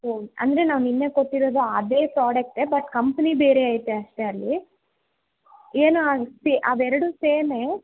ಹ್ಞೂ ಅಂದರೆ ನಾವು ನಿನ್ನೆ ಕೊಟ್ಟಿರೋದು ಅದೇ ಪ್ರಾಡಕ್ಟೇ ಬಟ್ ಕಂಪ್ನಿ ಬೇರೆ ಐತೆ ಅಷ್ಟೇ ಅಲ್ಲಿ ಏನು ಔಷಧಿ ಅವೆರಡು ಸೇಮೇ